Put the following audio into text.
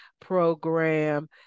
program